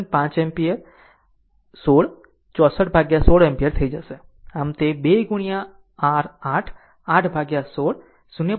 5 ampere 16 64 ભાગ્યા 16 થઈ જશે આમ તે 2 r 8 8 બાય 16 0